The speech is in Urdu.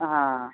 ہاں